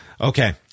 Okay